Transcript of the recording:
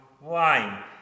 wine